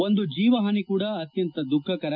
ಒಂದು ಜೀವ ಹಾನಿ ಕೂಡ ಅತ್ಯಂತ ದುಃಖಕರ